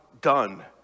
done